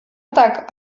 tak